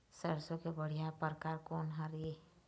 सरसों के बढ़िया परकार कोन हर ये?